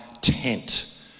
tent